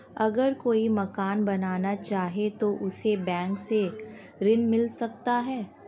अगर कोई मकान बनाना चाहे तो उसे बैंक से ऋण मिल सकता है?